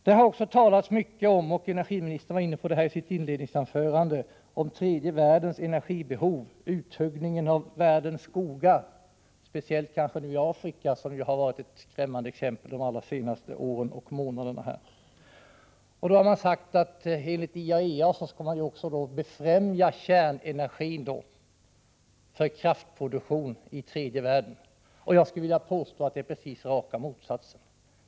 Det har också talats mycket om tredje världens energibehov och om uthuggningen av världens skogar — speciellt kanske i Afrika, som varit ett skrämmande exempel de allra senaste månaderna och åren. Energiministern var inne på detta i sitt inledningsanförande. Det har sagts att man enligt IAEA skall befrämja kärnenergin för att utveckla kraftproduktionen i tredje världen. Jag skulle vilja påstå att det riktiga är precis raka motsatsen.